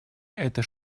это